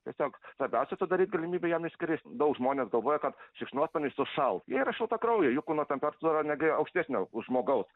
tiesiog svarbiausia sudaryt galimybę jam išskrist daug žmonės galvoja kad šikšnosparniai sušals jie yra šiltakraujai jų kūno temperatūra netgi aukštesnė už žmogaus